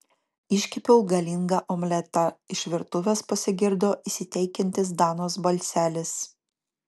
iškepiau galingą omletą iš virtuvės pasigirdo įsiteikiantis danos balselis